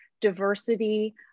diversity